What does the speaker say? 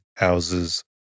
houses